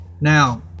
Now